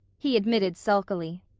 he admitted sulkily.